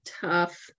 tough